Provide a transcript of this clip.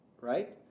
Right